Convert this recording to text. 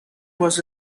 was